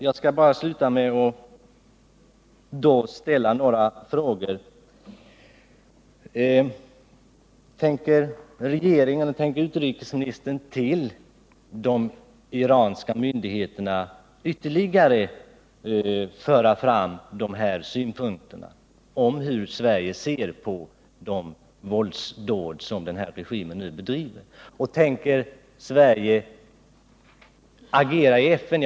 Jag vill sluta med att ställa ett par frågor. Tänker utrikesministern ytterligare föra fram till de iranska myndigheterna hur Sverige ser på de våldsdåd som regimen i Iran nu bedriver? Tänker Sverige agera i FN i denna fråga?